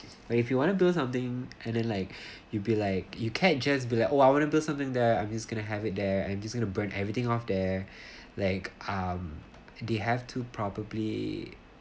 like if you want to do something and then like you'd be like you can't just be like !wah! I want to build something there I'm just gonna have it there and I'm just gonna burn everything off there like um they have to probably